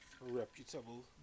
reputable